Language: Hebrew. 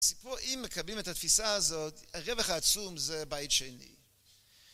בסיפור, אם מקבלים את התפיסה הזאת, הרווח העצום זה בית שני.